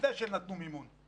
לפני שנתנו מימון,